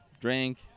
drink